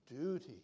duty